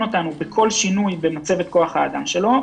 אותנו בכול שינוי במצבת כוח האדם שלו.